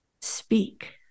speak